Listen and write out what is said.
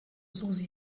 susi